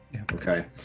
okay